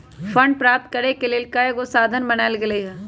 fund प्राप्त करेके कयगो साधन बनाएल गेल हइ